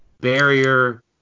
barrier